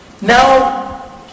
Now